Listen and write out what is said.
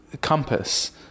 compass